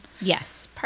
Yes